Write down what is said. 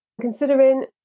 Considering